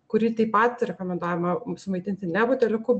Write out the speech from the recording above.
kurį taip pat rekomenduojama sumaitinti ne buteliuku